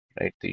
right